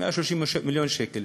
130 מיליון שקל.